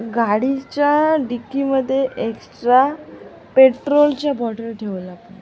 गाडीच्या डिक्कीमध्ये एक्स्ट्रा पेट्रोलच्या बॉटल ठेवल्या पाहिजे